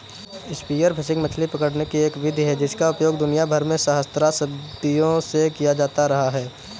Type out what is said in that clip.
spear fishing मछली पकड़ने की एक विधि है जिसका उपयोग दुनिया भर में सहस्राब्दियों से किया जाता रहा है